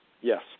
Yes